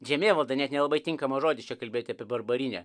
žemėvaldai net nelabai tinkamas žodis čia kalbėti apie barbarinę